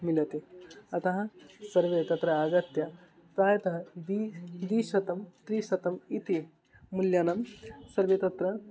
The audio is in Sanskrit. मिलति अतः सर्वे तत्र आगत्य प्रायः द्वे दिशतं त्रिशतम् इति मूल्यानां सर्वे तत्र